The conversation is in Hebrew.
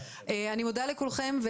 אני מודה לכולכם.